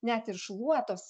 net ir šluotos